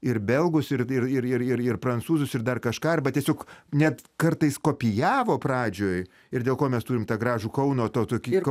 ir belgus ir ir ir ir ir prancūzus ir dar kažką arba tiesiog net kartais kopijavo pradžioj ir dėl ko mes turim tą gražų kauno to tokį kau